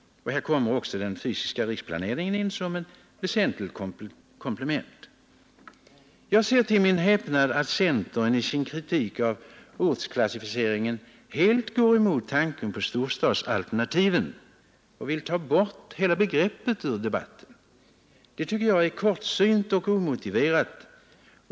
Här kommer också den fysiska riksplanen in som ett väsentligt komplement. Jag ser till min häpnad att centern i sin kritik av ortsklassificeringen helt går emot tanken på storstadsalternativen och vill ta bort hela begreppet ur debatten. Det tycker jag är kortsynt och omotiverat.